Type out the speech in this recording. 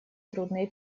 трудные